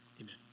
amen